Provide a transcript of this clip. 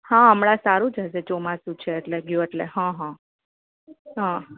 હા હમણાં સારું જ હશે બધું ચોમાસું છે ગયો એટલે હા હા હા